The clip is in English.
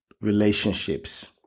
relationships